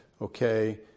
okay